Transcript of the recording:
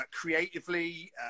creatively